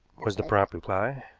was the prompt reply.